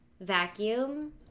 vacuum